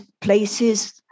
places